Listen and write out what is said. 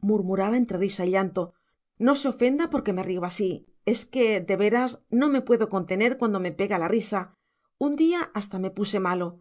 murmuraba entre risa y llanto no se ofenda porque me río así es que de veras no me puedo contener cuando me pega la risa un día hasta me puse malo